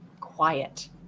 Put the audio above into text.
quiet